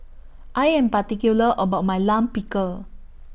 I Am particular about My Lime Pickle